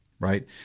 Right